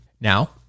Now